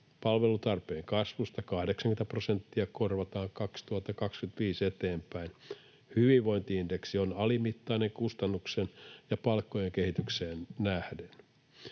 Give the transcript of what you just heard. Palvelutarpeen kasvusta 80 prosenttia korvataan 2025 eteenpäin. Hyvinvointi-indeksi on alimittainen kustannuksiin ja palkkojen kehitykseen nähden.